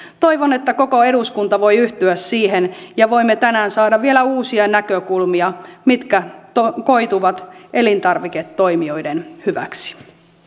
toivon että koko eduskunta voi yhtyä siihen ja voimme tänään saada vielä uusia näkökulmia jotka koituvat elintarviketoimijoiden hyväksi